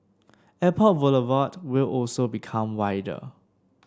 Airport Boulevard will also become wider